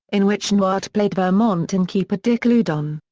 in which newhart played vermont innkeeper dick loudon.